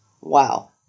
Wow